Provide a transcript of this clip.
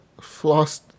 floss